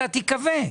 אתה תיכווה.